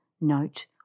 note